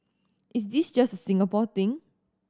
is this just a Singapore thing